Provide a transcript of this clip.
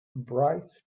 bright